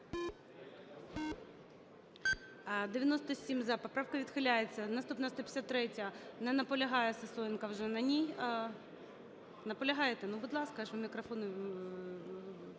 За-97 Поправка відхиляється. Наступна - 153-я. Не наполягає Сисоєнко вже на ній. Наполягаєте? Ну, будь ласка, я ж вам мікрофон…